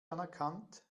anerkannt